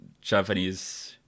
Japanese